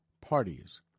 parties